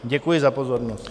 Děkuji za pozornost.